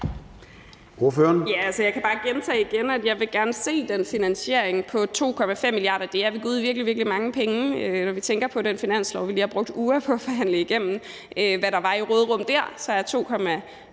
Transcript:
jeg kan bare gentage, at jeg gerne vil se den finansiering på 2,5 mia. kr. Det er ved gud virkelig, virkelig mange penge; når vi tænker på den finanslov, vi lige har brugt uger på at forhandle igennem, og hvad der var af råderum der, er 2,6